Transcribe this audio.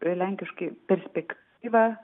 lenkiškai perspektyva